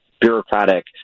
bureaucratic